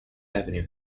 avenue